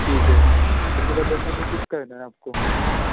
ٹھیک ہے تو صبح دس بجے پک کرنا ہے آپ کو